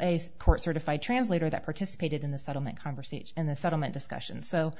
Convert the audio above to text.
a court certified translator that participated in the settlement conversation and the settlement discussions so